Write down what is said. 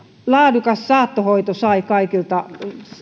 laadukas saattohoito sai kaikilta